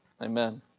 Amen